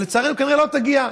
ולצערי היא כנראה לא תגיע,